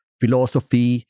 philosophy